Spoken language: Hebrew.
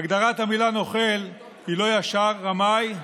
הגדרת המילה "נוכל" היא לא ישר, רמאי.